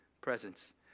presence